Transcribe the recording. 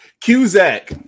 Cusack